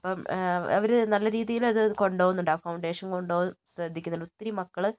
അപ്പം അവർ നല്ല രീതിയിലത് കൊണ്ടു പോകുന്നുണ്ട് ആ ഫൗണ്ടേഷൻ കൊണ്ടു പോകാൻ ശ്രദ്ധിക്കുന്നുണ്ട് ഒത്തിരി മക്കൾ